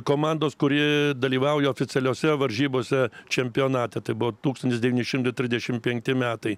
komandos kuri dalyvauja oficialiose varžybose čempionate tai buvo tūkstantis devyni šimtai trisdešimt penkti metai